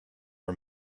her